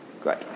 Good